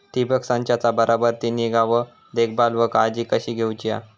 ठिबक संचाचा बराबर ती निगा व देखभाल व काळजी कशी घेऊची हा?